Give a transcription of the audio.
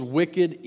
wicked